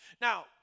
Now